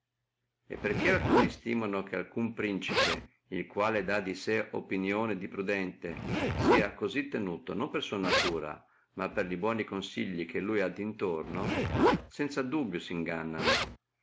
e perché molti esistimano che alcuno principe il quale dà di sé opinione di prudente sia cosí tenuto non per sua natura ma per li buoni consigli che lui ha dintorno sanza dubio singanna